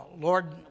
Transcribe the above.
lord